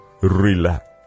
relax